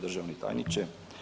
Državni tajniče.